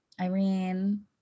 Irene